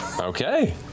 Okay